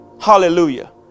hallelujah